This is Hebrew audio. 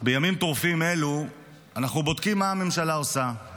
בימים טרופים אלו אנחנו בודקים מה הממשלה עושה,